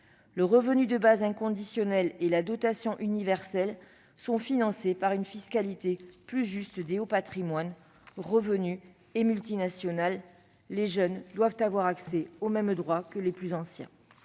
Le revenu de base inconditionnel et la dotation universelle seraient financés par une fiscalité plus juste des hauts patrimoines, des hauts revenus et des multinationales. Les jeunes doivent avoir accès aux mêmes droits que les plus anciens.